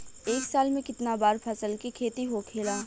एक साल में कितना बार फसल के खेती होखेला?